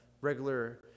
regular